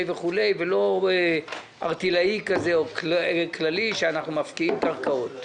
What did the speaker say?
ולא ערטילאי או כללי אנחנו מפקיעים קרקעות.